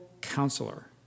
counselor